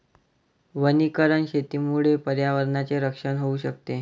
वनीकरण शेतीमुळे पर्यावरणाचे रक्षण होऊ शकते